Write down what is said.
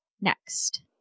next